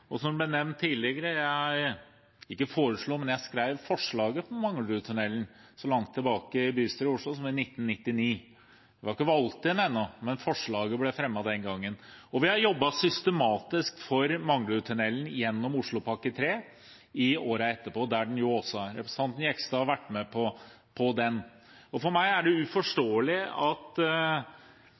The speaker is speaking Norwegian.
Som det ble nevnt tidligere, foreslo jeg det ikke, men jeg skrev forslaget om Manglerudtunnelen så langt tilbake som i bystyret i Oslo i 1999. Jeg var ikke valgt inn ennå, men forslaget ble fremmet den gangen, og vi har jobbet systematisk for Manglerudtunnelen gjennom Oslopakke 3 i årene etterpå. Representanten Jegstad har også vært med på det. For meg er det uforståelig at